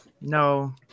No